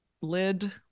lid